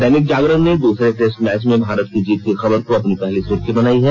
दैनिक जागरण ने दूसरे test match में भारत की जीत की खबर को अपनी पहली सुर्खी बनाई है